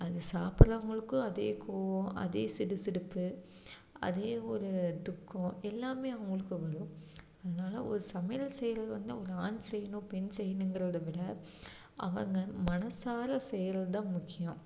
அது சாப்பிட்றவங்களுக்கும் அதே கோவம் அதே சிடு சிடுப்பு அதே ஒரு துக்கம் எல்லாம் அவங்குளுக்கும் வரும் அதனால ஒரு சமையல் செய்கிறதுல வந்து ஒரு ஆண் செய்யணும் பெண் செய்யணுங்கிறத விட அவங்க மனதா ர செய்கிறது தான் முக்கியம்